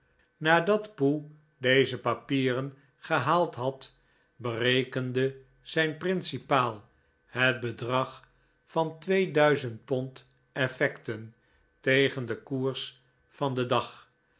nadat poe deze papieren gehaald had berekende zijn principaal het bedrag van twee duizend pond effecten tegen den koers van den dag